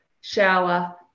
shower